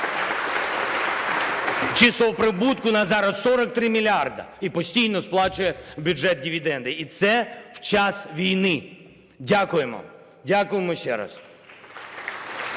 Чистого прибутку на зараз 43 мільярди і постійно сплачує в бюджет дивіденди. І це в час війни. Дякуємо. Дякуємо ще раз.